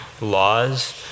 laws